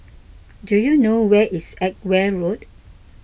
do you know where is Edgware Road